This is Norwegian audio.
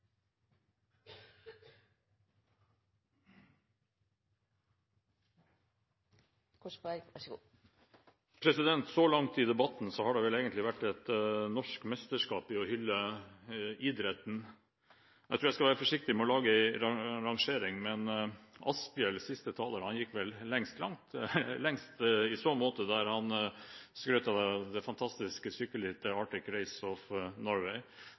Så langt har vel denne debatten egentlig vært et norsk mesterskap i å hylle idretten. Jeg tror jeg skal være forsiktig med å lage en rangering, men Asphjell gikk vel i sitt siste innlegg lengst i så måte, der han skrøt av det fantastiske sykkelrittet Arctic Race of Norway,